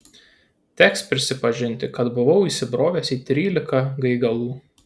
teks prisipažinti kad buvau įsibrovęs į trylika gaigalų